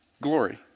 glory